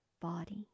body